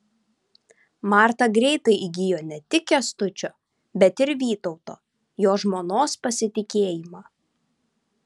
marta greitai įgijo ne tik kęstučio bet ir vytauto jo žmonos pasitikėjimą